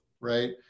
right